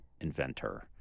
inventor